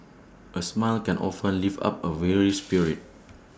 A smile can often lift up A weary spirit